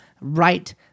right